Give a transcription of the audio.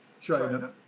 China